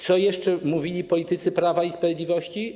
Co jeszcze mówili politycy Prawa i Sprawiedliwości?